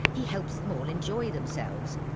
he helps them all enjoy themselves.